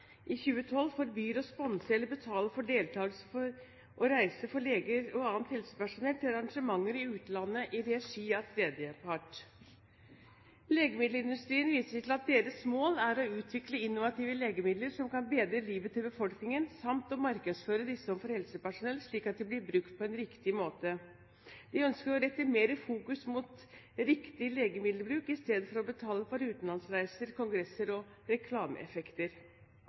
januar 2012 forbyr å sponse eller betale for deltakelse og reise for leger og annet helsepersonell til arrangementer i utlandet i regi av tredjepart. Legemiddelindustrien viser til at deres mål er å utvikle innovative legemidler som kan bedre livet til befolkningen samt å markedsføre disse overfor helsepersonell, slik at de blir brukt på en riktig måte. De ønsker mer fokusering på riktig legemiddelbruk i stedet for å betale for utenlandsreiser, kongresser og reklameeffekter.